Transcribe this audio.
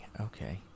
Okay